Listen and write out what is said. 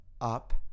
up